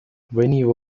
veniva